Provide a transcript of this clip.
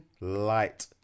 light